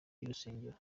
y’urusengero